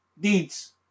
Deeds